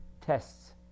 Tests